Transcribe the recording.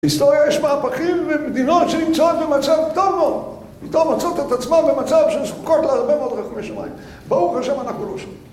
בהיסטוריה יש מהפכים ומדינות שנמצאות במצב טוב מאוד. פתאום מוצאות את עצמן במצב שזקוקות להרבה מאוד רחמי שמיים. ברוך השם אנחנו לא שם